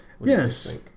Yes